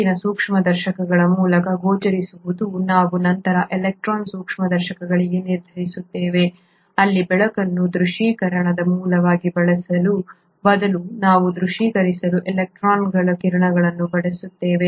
ಬೆಳಕಿನ ಸೂಕ್ಷ್ಮದರ್ಶಕಗಳ ಮೂಲಕ ಗೋಚರಿಸದವುಗಳನ್ನು ನಾವು ನಂತರ ಎಲೆಕ್ಟ್ರಾನ್ ಸೂಕ್ಷ್ಮದರ್ಶಕಗಳಿಗೆ ನಿರ್ಧರಿಸುತ್ತೇವೆ ಅಲ್ಲಿ ಬೆಳಕನ್ನು ದೃಶ್ಯೀಕರಣದ ಮೂಲವಾಗಿ ಬಳಸುವ ಬದಲು ನಾವು ದೃಶ್ಯೀಕರಿಸಲು ಎಲೆಕ್ಟ್ರಾನ್ಗಳು ಕಿರಣವನ್ನು ಬಳಸುತ್ತೇವೆ